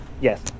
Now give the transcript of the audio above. Yes